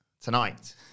Tonight